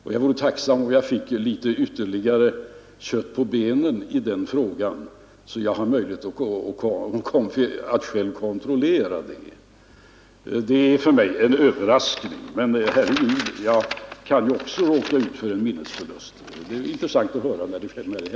Jag vore därför tacksam om jag finge litet ytterligare kött på benen i denna fråga, så att jag har möjlighet att själv kontrollera vad som beslutats. Det är för mig en överraskning, men jag kan ju också råka ut för minnesförlust. Det skulle vara intressant att höra när det hände.